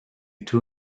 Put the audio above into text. two